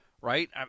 Right